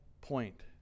point